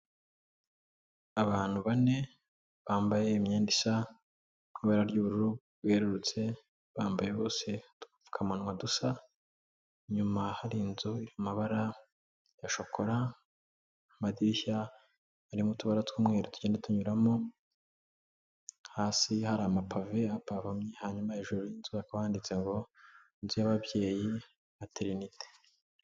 Abantu bane bambaye imyenda isa ibara ry'ubururu rwerurutse bambaye ubusa udupfukamunwa dusa inyuma hari inzu y'amabara ya shokora, amadirishya arimo mu tubara tw'umweru tugenda tunyuramo ,hasi hari amapave apavamye, hanyuma hejuru y'inzu wanditse ngo '' inzu y'ababyeyi maternite''.